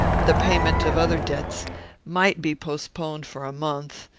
the payment of other debts might be postponed for a month,